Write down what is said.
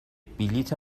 بلیط